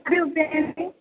कति रूप्यकाणि